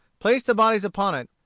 placed the bodies upon it,